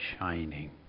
shining